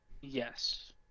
Yes